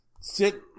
sit